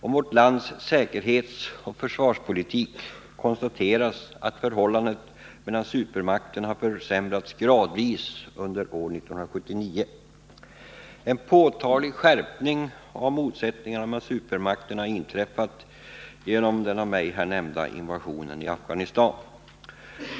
och utskottet konstaterar i samband med behandlingen av vårt lands säkerhetsoch försvarspolitik att förhållandet mellan supermakterna har försämrats gradvis under år 1979. En påtaglig skärpning av motsättningarna mellan supermakterna har inträffat genom Sovjetunionens invasion i Afghanistan.